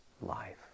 life